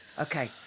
Okay